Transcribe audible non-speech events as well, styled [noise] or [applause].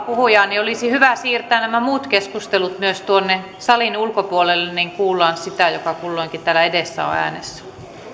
[unintelligible] puhujaa olisi hyvä myös siirtää nämä muut keskustelut tuonne salin ulkopuolelle niin että kuullaan sitä joka kulloinkin täällä edessä on äänessä